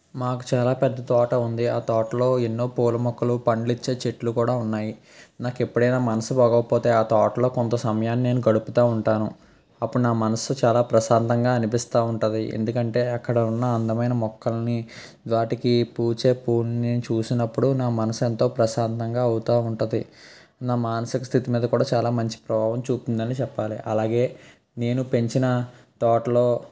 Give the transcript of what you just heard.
మాకు చాలా పెద్ద తోట ఉంది ఆ తోటలో ఎన్నో పూల మొక్కలు పండ్లు ఇచ్చే చెట్టు కూడా ఉన్నాయి నాకు ఎప్పుడైనా మనసు బాగోకపోతే ఆ తోటలో కొంత సమయాన్ని నేను గడుపుతూ ఉంటాను అప్పుడు నా మనసు చాలా ప్రశాంతంగా అనిపిస్తూ ఉంటది ఎందుకంటే అక్కడ ఉన్న అందమైన మొక్కల్ని వాటికి పూచే పూలని నేను చూసినప్పుడు నా మనసు ఎంతో ప్రశాంతంగా అవుతూ ఉంటుంది నా మానసిక స్థితి మీద కూడా చాలా మంచి ప్రభావం చూపుతుందని చెప్పాలి అలాగే నేను పెంచిన తోటలో